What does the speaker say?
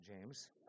James